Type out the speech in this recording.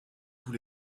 tous